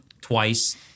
twice